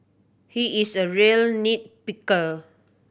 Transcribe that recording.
he is a real nit picker